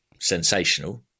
sensational